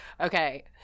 okay